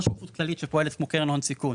ולא שותפות כללית שפועלת כמו קרן הון סיכון.